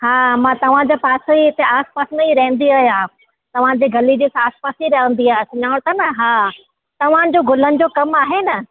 हा मां तव्हां जा पासे हिते आसपास में रहंदी आहियां तव्हां जे गली जी आसपास ई रहंदी आहियां सुञाणो था न हा तव्हां जो गुलनि जो कमु आहे न